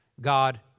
God